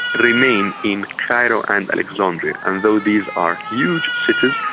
and remain in cairo and alexandria and though these are huge cities,